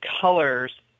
colors